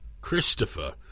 Christopher